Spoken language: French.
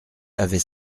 avait